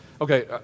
okay